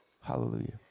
Hallelujah